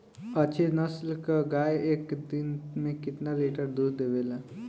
अच्छी नस्ल क गाय एक दिन में केतना लीटर दूध देवे ला?